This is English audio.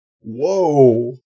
Whoa